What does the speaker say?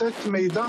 תודה.